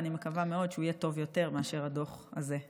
ואני מקווה מאוד שהוא יהיה טוב יותר מאשר הדוח הזה.